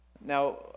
Now